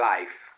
Life